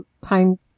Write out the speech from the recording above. time